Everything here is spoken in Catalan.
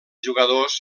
jugadors